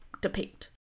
depict